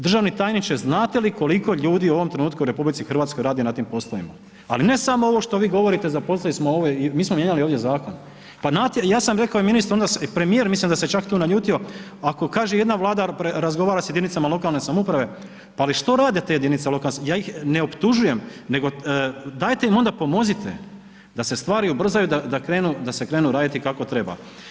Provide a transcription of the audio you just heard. Državni tajniče znate li koliko ljudi u ovom trenutku u RH radi na tim poslovima, ali ne samo što vi govorite, zaposlili smo ove, mi smo mijenjali ovdje zakon, pa ja sam rekao i ministru onda, premijer mislim da se čak tu naljutio, ako kaže jedna vlada razgovara sa jedinicama lokalne samouprave, pa ali što rade te jedinice lokalne samouprave, ja ih ne optužujem nego dajte im onda pomozite da se stvari ubrzaju da se krenu raditi kako treba.